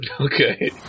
Okay